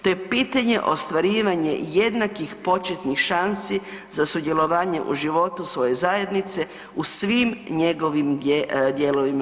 To je pitanje ostvarivanje jednakih početnih šansi za sudjelovanje u životu svoje zajednice u svim njegovim dijelovima.